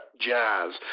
jazz